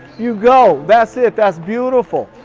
you go! that's it. that's beautiful.